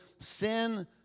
sin